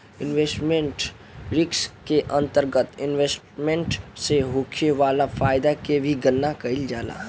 investment risk के अंतरगत investment से होखे वाला फायदा के भी गनना कईल जाला